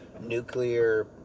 nuclear